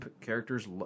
characters